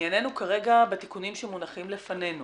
אבל ענייננו כרגע בתיקונים שמונחים לפנינו.